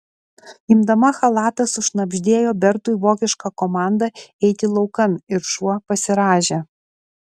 imdama chalatą sušnabždėjo bertui vokišką komandą eiti laukan ir šuo pasirąžė